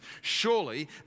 surely